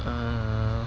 err